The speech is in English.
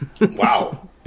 Wow